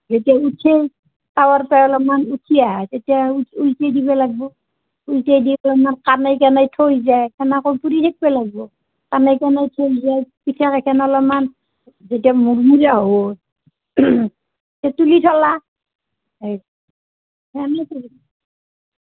যেতিয়া উঠেই তাৱাৰ পে অলপমান উঠি আহেই তেতিয়া উল উলতেই দিবা লাগিব উলতেই দি অকণমান কানেই কানেই থৈ যাই তেনেকৈ পুৰি থাকিব লাগিব কানেই কানেই থৈ যায় পিঠা কেইখান অলপমান যেতিয়া মুৰ্মূৰিয়া হয় তে তুলি থ'লা এই তেনেকৈ